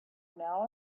now